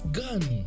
gun